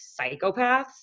psychopaths